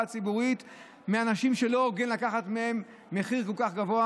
הציבורית מאנשים שלא הוגן לקחת מהם מחיר כל כך גבוה.